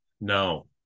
No